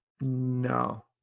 No